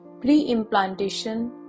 pre-implantation